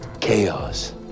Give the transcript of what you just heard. Chaos